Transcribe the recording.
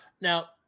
Now